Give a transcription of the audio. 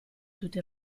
tutti